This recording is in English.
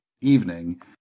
evening